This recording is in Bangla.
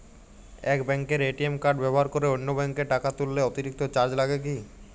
এক ব্যাঙ্কের এ.টি.এম কার্ড ব্যবহার করে অন্য ব্যঙ্কে টাকা তুললে অতিরিক্ত চার্জ লাগে কি?